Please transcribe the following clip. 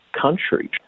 country